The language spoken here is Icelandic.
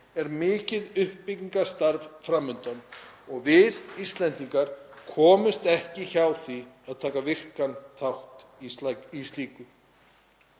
er mikið uppbyggingarstarf fram undan og við Íslendingar komumst ekki hjá því að taka virkan þátt í slíku.